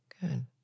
Good